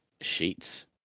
sheets